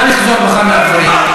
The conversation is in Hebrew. נא לחזור בך מהדברים.